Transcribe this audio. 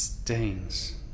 stains